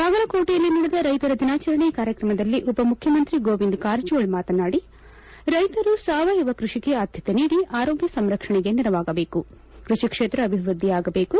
ಬಾಗಲಕೋಟೆಯಲ್ಲಿ ನಡೆದ ರೈತ ದಿನಾಚರಣೆ ಕಾರ್ಯತ್ರಮದಲ್ಲಿ ಉಪಮುಖ್ಯಮಂತ್ರಿ ಗೋವಿಂದ ಕಾರಜೋಳ ಮಾತನಾಡಿ ರೈತರು ಸಾವಯವ ಕೃಷಿಗೆ ಆದ್ಯತೆ ನೀಡಿ ಆರೋಗ್ಯ ಸಂರಕ್ಷಣೆಗೆ ನೆರವಾಗಬೇಕು ಕೃಷಿ ಕ್ಷೇತ್ರ ಅಭಿವೃದ್ಧಿಯಾಬೇಕು